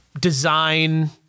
design